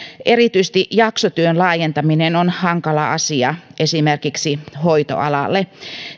erityisesti jaksotyön laajentaminen on hankala asia esimerkiksi hoitoalalle